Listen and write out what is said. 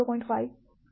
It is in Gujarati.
5 અને 3x1 x2 5